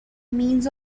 means